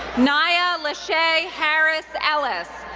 niyah lashae harris ellis,